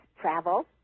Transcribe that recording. travel